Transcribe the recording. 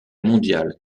mondiale